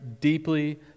deeply